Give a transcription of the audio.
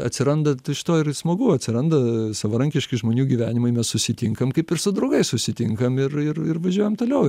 atsiranda iš to ir smagu atsiranda savarankiški žmonių gyvenimai mes susitinkam kaip ir su draugais susitinkam ir ir ir važiuojam toliau